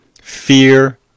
Fear